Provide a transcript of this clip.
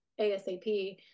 ASAP